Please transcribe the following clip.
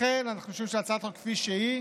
לכן אנחנו שוב שהצעת החוק כפי שהיא,